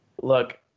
look